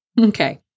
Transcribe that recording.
Okay